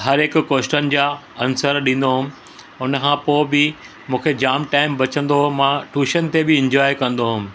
हर हिक कोशन जा आंसर ॾींदो हुयुमि हुनखां पोइ बि मूंखे जाम टाइम बचंदो हो मां टूशन ते बि एन्जॉय कंदो हुयुमि